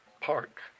park